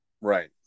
right